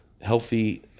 healthy